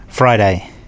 Friday